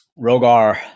Rogar